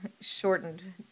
shortened